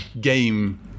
game